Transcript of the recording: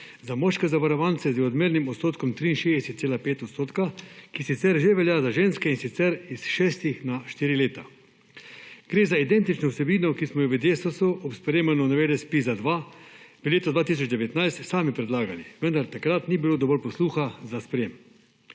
za moške zavarovance z odmernim odstotkom 63,5 odstotka, ki sicer že velja za ženske, in sicer s šestih na štiri leta. Gre za identično vsebino, ki smo jo v Desusu ob sprejemanju novele ZPIZ-2 v letu 2019 sami predlagali, vendar takrat ni bilo dovolj posluha za sprejetje.